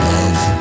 Love